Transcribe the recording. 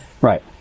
Right